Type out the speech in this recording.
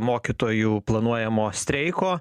mokytojų planuojamo streiko